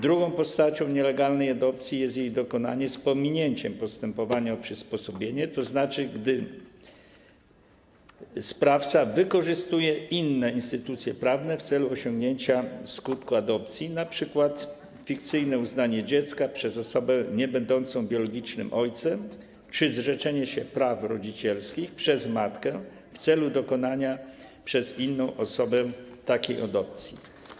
Drugą postacią nielegalnej adopcji jest jej dokonanie z pominięciem postępowania przysposobienia, gdy sprawca wykorzystuje inne instytucje prawne w celu osiągnięcia skutku adopcji, np. fikcyjne uznanie dziecka przez osobę niebędącą biologicznym ojcem czy zrzeczenie się praw rodzicielskich przez matkę w celu dokonania przez inną osobę takiej adopcji.